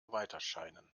weiterscheinen